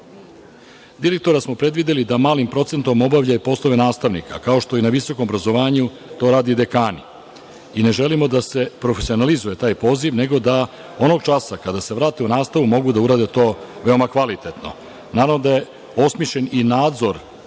Direktora smo predvideli da malim procentom obavlja poslove nastavnika, kao što i na visokom obrazovanju to rade dekani i ne želimo da se profesionalizuje taj poziv, nego da onog časa kada se vrate u nastavu mogu to da urade veoma kvalitetno. Naravno osmišljen je i nadzor